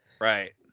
Right